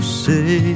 say